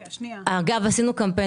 אגב, עשינו קמפיין